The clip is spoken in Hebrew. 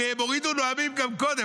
הרי הם הורידו נואמים גם קודם,